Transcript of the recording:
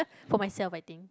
for myself I think